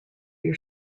your